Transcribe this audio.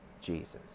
Jesus